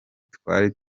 twari